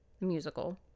musical